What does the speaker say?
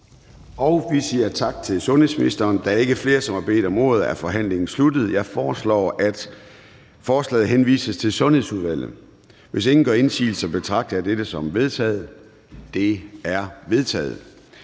tak til indenrigs- og sundhedsministeren. Da der ikke er flere, som har bedt om ordet, er forhandlingen sluttet. Jeg foreslår, at forslaget til folketingsbeslutning henvises til Sundhedsudvalget. Hvis ingen gør indsigelse, betragter jeg dette som vedtaget. Det er vedtaget.